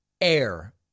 air